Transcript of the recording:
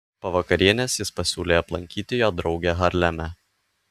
po vakarienės jis pasiūlė aplankyti jo draugę harleme